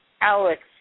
Alex